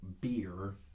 beer